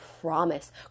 promise